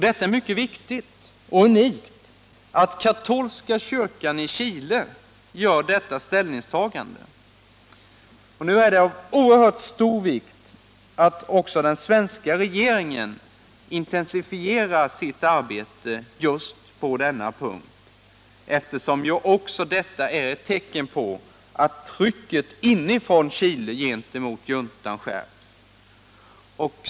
Det är mycket viktigt, och unikt, att katolska kyrkan i Chile gör detta ställningstagande. Nu är det av oerhört stor vikt att den svenska regeringen intensifierar sitt arbete just på denna punkt, eftersom också detta är ett tecken på att trycket inifrån Chile gentemot juntan skärpts.